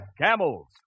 Camels